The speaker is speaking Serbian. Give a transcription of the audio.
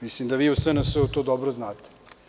Mislim da vi u SNS-u to dobro znate.